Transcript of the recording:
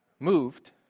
moved